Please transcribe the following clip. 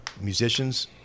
musicians